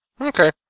Okay